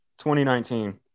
2019